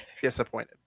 disappointed